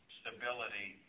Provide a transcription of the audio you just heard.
stability